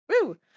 Woo